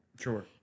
Sure